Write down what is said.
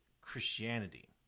Christianity